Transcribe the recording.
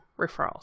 referrals